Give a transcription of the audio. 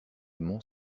mont